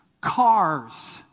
cars